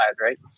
right